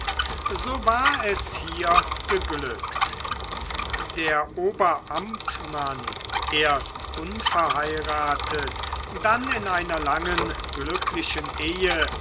so war es hier geglückt der oberamtmann erst unverheiratet dann in einer langen glücklichen ehe